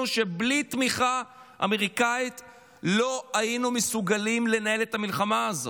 שבלי תמיכה אמריקאית לא היינו מסוגלים לנהל את המלחמה הזאת.